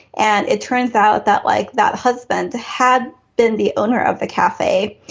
and it turns out that like that husband had been the owner of the cafe.